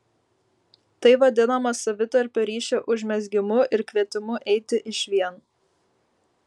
tai vadinama savitarpio ryšio užmezgimu ir kvietimu eiti išvien